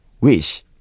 wish